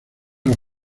los